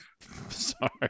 Sorry